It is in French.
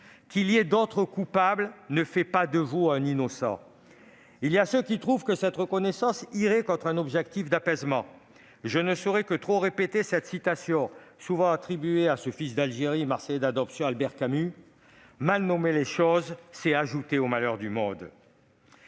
Qu'il y ait d'autres coupables ne fait pas de vous un innocent ! D'autres estiment que cette reconnaissance irait à l'encontre d'un objectif d'apaisement. Pour leur répondre, je ne saurais trop leur répéter cette citation, souvent attribuée à ce fils d'Algérie, Marseillais d'adoption, Albert Camus :« Mal nommer les choses, c'est ajouter au malheur du monde.